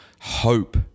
hope